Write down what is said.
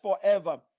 forever